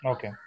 Okay